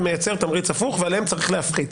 מייצר תמריץ הפוך ועליהם צריך להפחית.